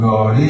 God